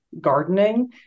gardening